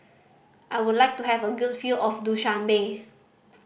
I would like to have a good view of Dushanbe